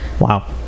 Wow